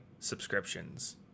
subscriptions